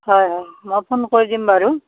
হয় হয় মই ফোন কৰি দিম বাৰু